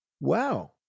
Wow